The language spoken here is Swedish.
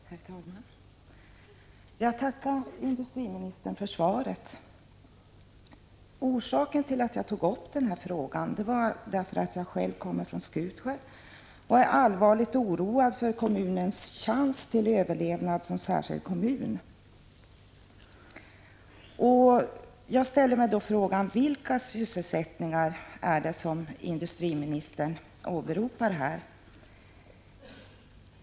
Herr talman! Jag tackar industriministern för svaret. Orsaken till att jag tagit upp denna fråga är att jag själv kommer från Skutskär och är allvarligt oroad för kommunens chans till överlevnad som självständig kommun. Jag undrar: Vilka sysselsättningar är det som industriministern här åberopar?